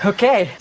Okay